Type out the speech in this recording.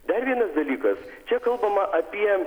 dar vienas dalykas čia kalbama apie